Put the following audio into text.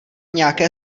nějaké